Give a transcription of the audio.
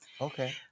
Okay